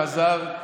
וחזר,